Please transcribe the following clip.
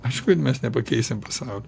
aišku kad mes nepakeisim pasaulio